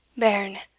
bairn!